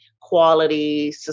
quality